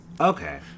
Okay